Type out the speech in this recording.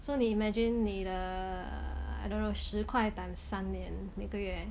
so 你 imagine 你的 I don't know 十块 time 三年每个月